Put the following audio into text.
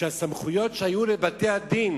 שהסמכויות שהיו לבתי-הדין